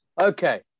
Okay